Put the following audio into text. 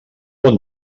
bon